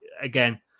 Again